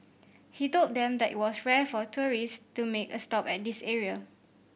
he told them that it was rare for tourist to make a stop at this area